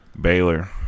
Baylor